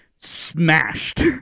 smashed